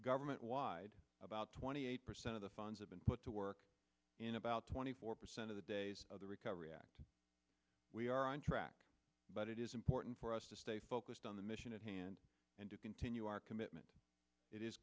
government wide about twenty eight percent of the funds have been put to work in about twenty four percent of the days of the recovery act we are on track but it is important for us to stay focused on the mission at hand and to continue our commitment it is